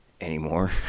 anymore